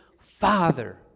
Father